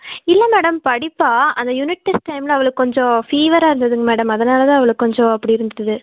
இல்லை மேடம் படிப்பாள் அந்த யூனிட் டெஸ்ட் டைமில் அவளுக்கு கொஞ்சம் ஃபீவராக இருந்துங்க மேடம் அதனால் தான் அவள் கொஞ்சம் அப்படி இருந்துட்டுது